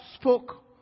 spoke